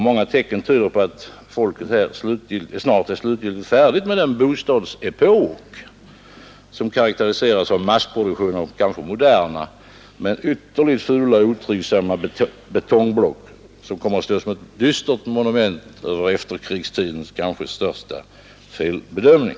Många tecken tyder på att folket snart är slutgiltigt färdigt med den bostadsepok som karakteriseras av massproduktion av kanske moderna men ytterligt fula och otrivsamma betongblock, som kommer att stå som ett dystert monument över efterkrigstidens kanske största felbedömning.